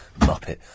Muppet